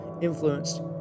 influenced